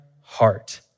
heart